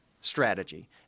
strategy